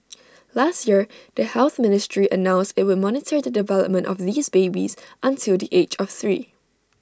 last year the health ministry announced IT would monitor the development of these babies until the age of three